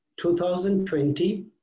2020